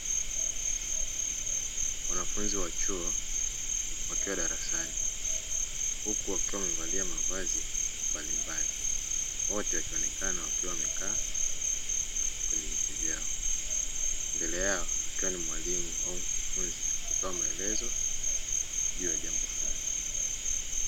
Wanafunzi wa chuo wakiwa darasani huku wakiwa wamevalia mavazi mbalimbali, wote wakionekana wakiwa wamekaa kwenye viti vyao, mbele yao akiwa ni mwalimu au mkufunzi akitoa maelezo juu ya jambo fulani.